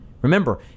Remember